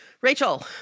Rachel